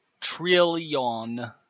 trillion